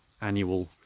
annual